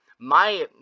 My-